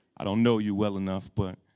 i don't know you well enough. but